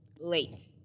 late